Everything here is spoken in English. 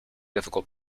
difficult